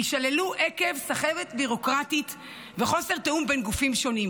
יישללו עקב סחבת ביורוקרטית וחוסר תיאום בין גופים שונים.